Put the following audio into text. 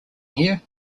here